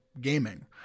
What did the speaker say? gaming